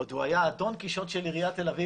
עוד הוא היה הדון קישוט של עיריית תל אביב